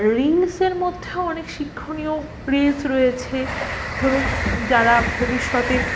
রিল্সের মধ্যেও অনেক শিক্ষণীয় রিল্স রয়েছে ধরুন যারা ভবিষ্যতে